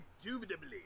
Indubitably